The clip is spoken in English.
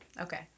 Okay